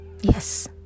Yes